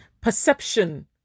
perception